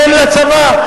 אין לצבא,